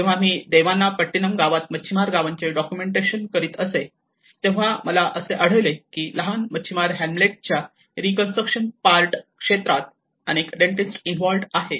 जेव्हा मी देवानांपट्टिनम गावात काही मच्छीमार गावांचे डॉक्युमन्टेशन करीत असे तेव्हा मला असे आढळले आहे की लहान मच्छीमार हॅम्लेटच्या री कन्स्ट्रक्शन पार्ट क्षेत्रात अनेक डेंटिस्ट इंवॉल्वड आहेत